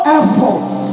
efforts